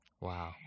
Wow